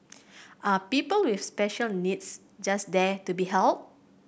are people with special needs just there to be helped